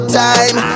time